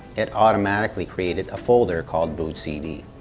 it automatically created a folder called bootcd.